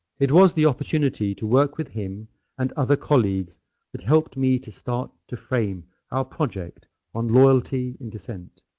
it was the opportunity to work with him and other colleagues that helped me to start to frame our project on loyalty and dissent.